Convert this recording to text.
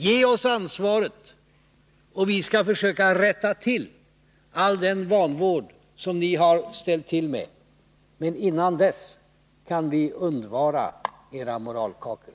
Ge oss ansvaret, och vi skall försöka rätta till följderna av all den vanvård som ni har gjort er skyldiga till! Men till dess kan vi undvara era moralkakor!